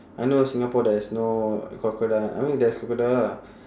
I know singapore there's no crocodile I mean there's crocodile lah